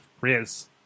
Riz